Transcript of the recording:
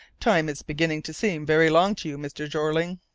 time is beginning to seem very long to you, mr. jeorling?